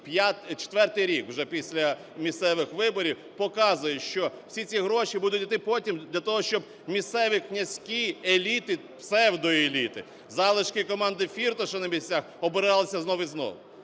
четвертий рік вже після місцевих виборів, показує, що всі ці гроші будуть іти потім для того, щоб місцеві князькі, еліти, псевдоеліти, залишки команди Фірташа на місцях обиралися знов і знов.